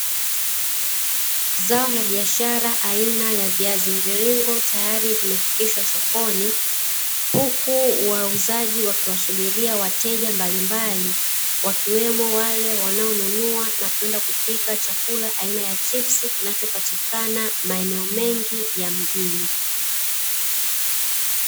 Zao la biashara aina ya viazi mvingiringo tayari vimefikishwa sokoni, huku wauzaji wakiwasubiria wateja mbalimbali wakiwemo wale wanaonunua na kwenda kupika chakula aina ya chipisi kinachopatikana maeneo mengi ya mjini.